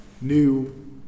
new